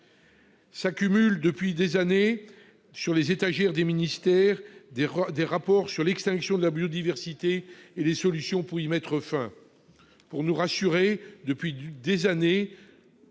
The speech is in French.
s'accumulent sur les étagères des ministères des rapports sur l'extinction de la biodiversité et sur les solutions pour y mettre fin. Pour nous rassurer, depuis des années,